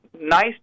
nice